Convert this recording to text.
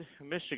michigan